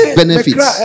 benefits